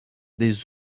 des